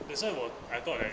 that's why 我 I thought eh